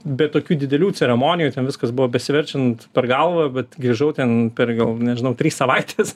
be tokių didelių ceremonijų ten viskas buvo besiverčiant per galvą bet grįžau ten per gal nežinau trys savaitės